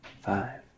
five